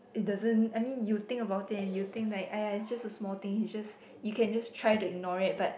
it doesn't I mean you think about it and you think like !aiya! it's just a small thing he's just you can just try to ignore it but